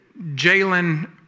Jalen